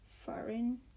foreign